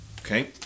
Okay